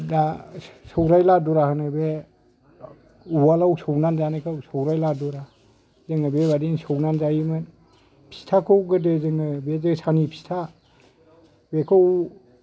दा सौवराय लादुरा होनो बे उवालाव सौवनानै जानायखौ सौवराय लादुरा जोङो बेबायदिनो सौनानै जायोमोन फिथाखौ गोदो जोङो बे जोसानि फिथा बेखौ